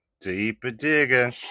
Deep-a-digger